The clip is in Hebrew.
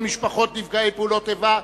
משפחות נפגעי פעולות איבה),